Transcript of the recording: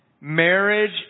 Marriage